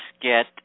get